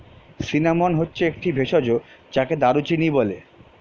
cinnamon হচ্ছে একটি ভেষজ যাকে দারুচিনি বলে